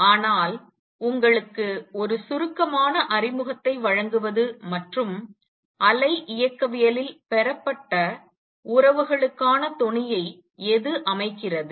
ஆனால் உங்களுக்கு ஒரு சுருக்கமான அறிமுகத்தை வழங்குவது மற்றும் அலை இயக்கவியலில் பெறப்பட்ட உறவுகளுக்கான தொனியை எது அமைக்கிறது